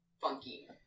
funky